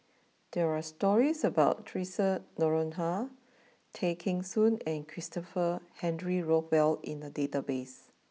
there are stories about Theresa Noronha Tay Kheng Soon and Christopher Henry Rothwell in the database